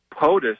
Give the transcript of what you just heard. POTUS